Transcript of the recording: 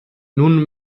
nun